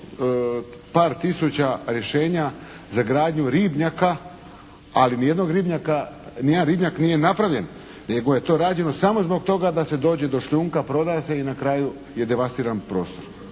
par tisuća rješenja za gradnju ribnjaka, ali ni jednog ribnjaka, ni jedan ribnjak nije napravljen, nego je to samo rađeno zbog toga da se dođe do šljunka, prodaje se i na kraju je devastiran prostor.